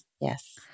yes